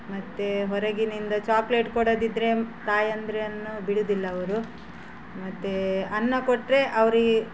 ಮತ್ತು ಹೊರಗಿನಿಂದ ಚಾಕ್ಲೇಟ್ ಕೊಡದಿದ್ದರೆ ತಾಯಂದಿರನ್ನು ಬಿಡೋದಿಲ್ಲ ಅವರು ಮತ್ತು ಅನ್ನ ಕೊಟ್ಟರೆ ಅವ್ರು